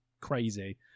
crazy